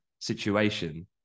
situation